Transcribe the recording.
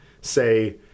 say